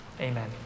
Amen